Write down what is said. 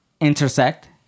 intersect